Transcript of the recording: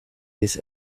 this